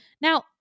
Now